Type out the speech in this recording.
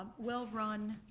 um well run.